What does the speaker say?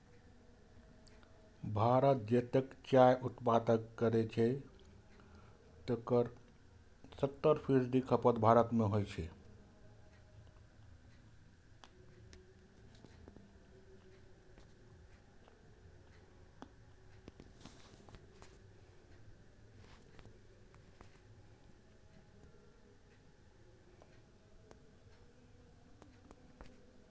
भारत जतेक चायक उत्पादन करै छै, तकर सत्तर फीसदी खपत भारते मे होइ छै